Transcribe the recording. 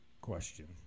Question